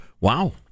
Wow